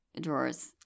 drawers